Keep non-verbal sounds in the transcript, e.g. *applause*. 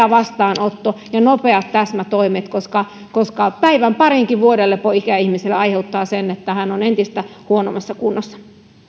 *unintelligible* vastaanotto ja nopeat täsmätoimet koska koska päivän parinkin vuodelepo ikäihmiselle aiheuttaa sen että hän on entistä huonommassa kunnossa